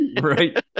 Right